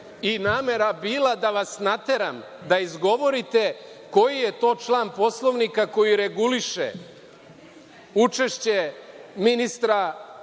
je namera i bila da vas nateram da izgovorite koji je to član Poslovnika koji reguliše učešće ministra